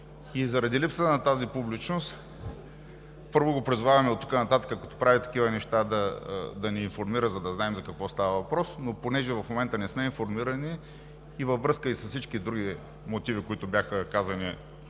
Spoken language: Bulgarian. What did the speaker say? Заради липсата на тази публичност го призоваваме: първо, оттук нататък като прави такива неща, да ни информира, за да знаем за какво става въпрос. Понеже в момента не сме информирани и във връзка с всичките други мотиви, които бяха казани